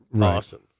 awesome